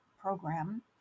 program